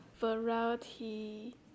Variety